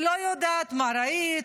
לא יודעת מה ראית,